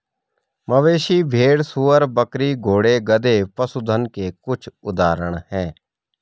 मवेशी, भेड़, सूअर, बकरी, घोड़े, गधे, पशुधन के कुछ उदाहरण हैं